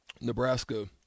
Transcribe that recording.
Nebraska